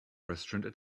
restaurant